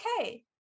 okay